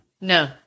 No